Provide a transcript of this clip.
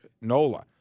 Nola